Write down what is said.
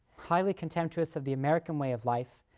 highly contemptuous of the american way of life,